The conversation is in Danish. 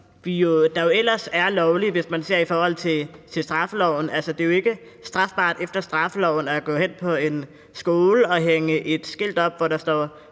nogle ting synes jeg nok er lidt mærkelige. Det er jo ikke strafbart efter straffeloven at gå hen på en skole og hænge et skilt op, hvor der står: